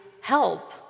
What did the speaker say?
help